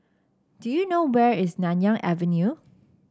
do you know where is Nanyang Avenue